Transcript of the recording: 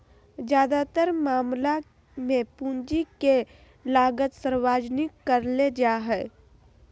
ज्यादातर मामला मे पूंजी के लागत सार्वजनिक करले जा हाई